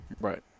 Right